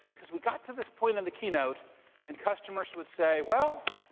cuz we got to this point in the keynote and customers would say, well,